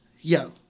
yo